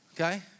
Okay